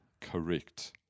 correct